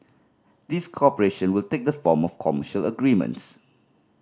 this cooperation will take the form of commercial agreements